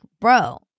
bro